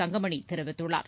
தங்கமணி தெரிவித்துள்ளார்